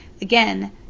Again